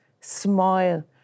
smile